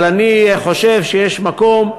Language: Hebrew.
אבל אני חושב שיש מקום,